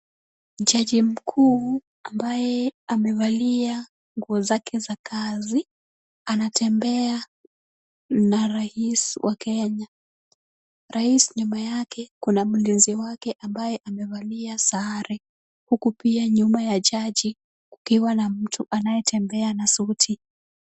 Jaji mkuu, ambaye, amevalia nguo zake za kazi, anatembea, na rais wa Kenya, rais nyuma yake kuna mlinzi wake ambaye amevalia sare, huku pia nyuma ya jaji, kukiwa na mtu anaye tembea na suti.